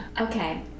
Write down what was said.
Okay